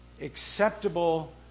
acceptable